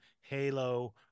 Halo